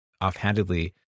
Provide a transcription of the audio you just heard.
offhandedly